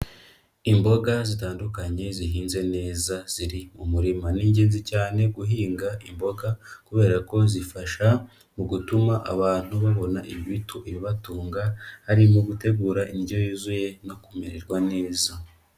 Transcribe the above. Imboga zitandukanye zihinze neza ziri umuma, n'ingenzi cyane guhinga imboga kubera ko zifasha mu gutuma abantu babona ibibatunga harimo gutegura indyo yuzuye no kumererwa neza.